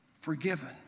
forgiven